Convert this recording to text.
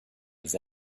his